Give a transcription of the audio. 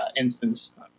instance